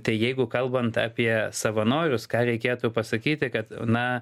tai jeigu kalbant apie savanorius ką reikėtų pasakyti kad na